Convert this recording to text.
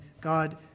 God